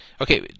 Okay